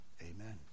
Amen